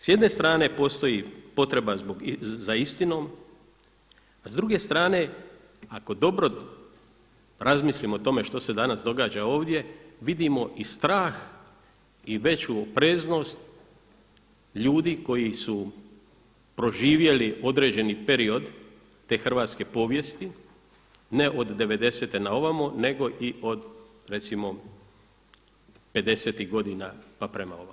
S jedne strane postoji potreba za istinom a s druge strane ako dobro razmislimo o tome što se danas događa ovdje vidimo i strah i veću opreznost ljudi koji su proživjeli određeni period te hrvatske povijesti, ne od '90.-te na ovamo nego i od recimo 50.-tih godina pa prema ovamo.